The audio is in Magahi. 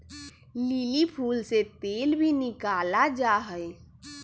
लिली फूल से तेल भी निकाला जाहई